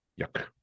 Yuck